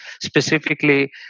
specifically